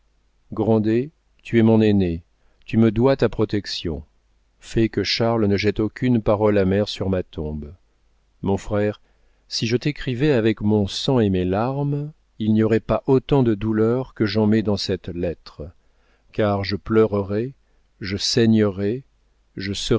tu es mon aîné tu me dois ta protection fais que charles ne jette aucune parole amère sur ma tombe mon frère si je t'écrivais avec mon sang et mes larmes il n'y aurait pas autant de douleurs que j'en mets dans cette lettre car je pleurerais je saignerais je